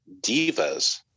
divas